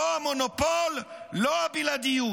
לו המונופול, לו הבלעדיות.